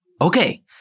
Okay